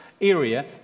area